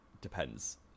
depends